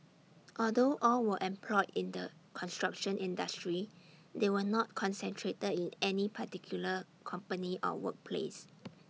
although all were employed in the construction industry they were not concentrated in any particular company or workplace